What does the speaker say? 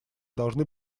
должны